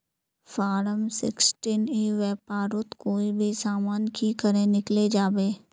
Form sixteen ई व्यापारोत कोई भी सामान की करे किनले जाबे?